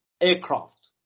Aircraft